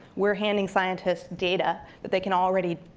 we're handing scientists data that they can already